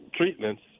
treatments